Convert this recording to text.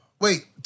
Wait